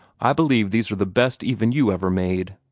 i believe these are the best even you ever made.